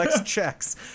checks